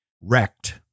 wrecked